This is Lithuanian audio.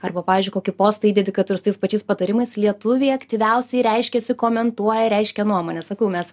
arba pavyzdžiui kokį postą įdedi kad ir su tais pačiais patarimais lietuviai aktyviausiai reiškiasi komentuoja reiškia nuomonę sakau mes